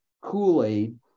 Kool-Aid